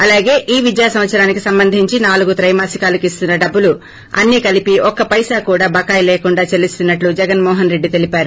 అలాగే ఈ విద్యా సంవత్సరానికి సంబంధించి నాలుగు త్రెమాసికాలకు ఇస్తున్న డబ్బులు అన్నీ కలిపి ఒక్క పైసా కూడా బకాయి లేకుండా చెల్లిస్తున్నట్లు జగన్మో హన్ రెడ్డె తెలిపారు